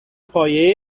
پایه